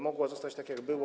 Mogło zostać tak, jak było.